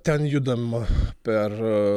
ten judam per